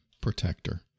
protector